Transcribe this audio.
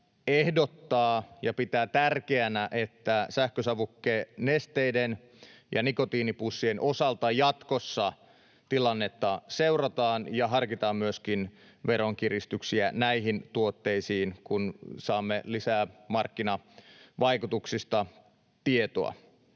ehdottaa ja pitää tärkeänä, että sähkösavukenesteiden ja nikotiinipussien osalta jatkossa tilannetta seurataan ja harkitaan myöskin veronkiristyksiä näihin tuotteisiin, kun saamme lisää markkinavaikutuksista tietoa.